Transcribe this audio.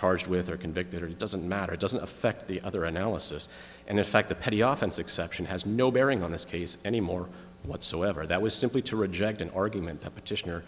charged with or convicted it doesn't matter it doesn't affect the other analysis and in fact the payoff in succession has no bearing on this case anymore whatsoever that was simply to reject an argument that petitioner